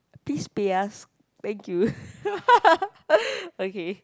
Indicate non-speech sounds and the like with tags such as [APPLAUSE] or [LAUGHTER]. please pay us thank you [LAUGHS] okay